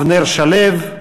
אבנר שלו,